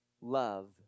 love